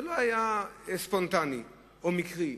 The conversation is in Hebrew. זה לא היה ספונטני או מקרי,